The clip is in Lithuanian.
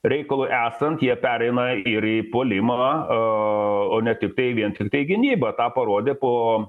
reikalui esant jie pereina ir į puolimą o ne tiktai vien tiktai gynybą tą parodė po